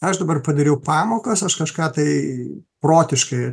aš dabar padariau pamokas aš kažką tai protiškai